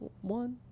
one